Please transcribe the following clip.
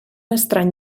estrany